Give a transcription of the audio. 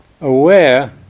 aware